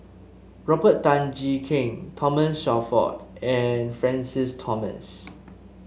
Robert Tan Jee Keng Thomas Shelford and Francis Thomas